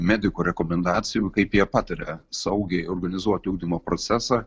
medikų rekomendacijų kaip jie pataria saugiai organizuoti ugdymo procesą